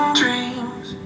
dreams